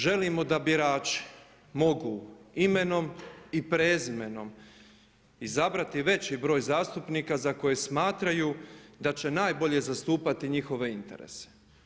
Želimo da birači mogu imenom i prezimenom izabrati veći broj zastupnika za koje smatraju da će najbolje zastupati njihove interese.